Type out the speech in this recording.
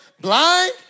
blind